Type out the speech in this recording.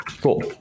Cool